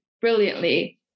brilliantly